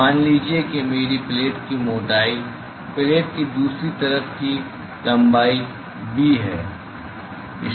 तो मान लीजिए कि मेरी प्लेट की मोटाई प्लेट की दूसरी तरफ की लंबाई b है